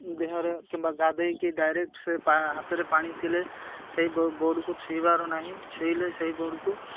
ଦେହରେ କିମ୍ବା ଗାଧେଇକି ଡାଇରେକ୍ଟ ସେ ହାତରେ ପାଣି ଥିଲେ ସେଇ ବୋର୍ଡ଼କୁ ଛୁଇଁବାର ନାହିଁ ଛୁଇଁଲେ ସେଇ ବୋର୍ଡ଼କୁ